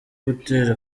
gutera